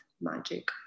magic